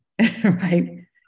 Right